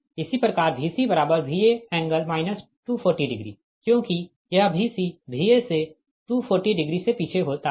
इसी प्रकार VcVa∠ 240क्योंकि यह Vc Va से 240 डिग्री से पीछे होता है